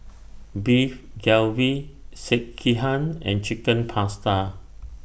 Beef Galbi Sekihan and Chicken Pasta